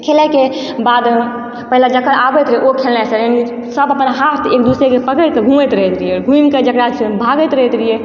खेलयके बाद पहिले जकर आबैत रहय ओ खेलाइत सब अपन हाथ एक दोसरके पकड़ि कऽ घुमैत रहैत रहियइ घुमि कऽ जकरा भागैत रहैत रहियइ